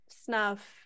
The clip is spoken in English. snuff